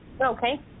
Okay